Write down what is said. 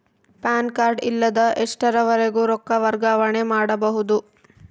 PAN card ಇಲ್ಲದ ಎಷ್ಟರವರೆಗೂ ರೊಕ್ಕ ವರ್ಗಾವಣೆ ಮಾಡಬಹುದು?